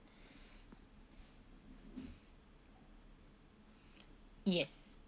yes